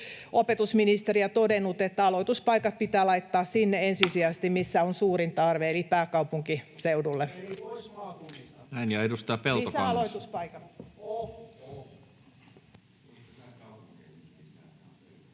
opetusministeriä ja todennut, että aloituspaikat pitää laittaa ensisijaisesti sinne, missä on suurin tarve, eli pääkaupunkiseudulle.